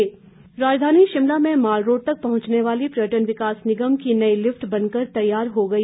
लोकार्पण राजधानी शिमला में मॉल रोड तक पहुंचने वाली पर्यटन विकास निगम की नई लिफ्ट बनकर तैयार हो गई